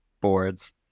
boards